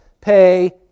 pay